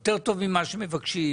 יותר טוב ממה שמבקשים,